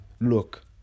look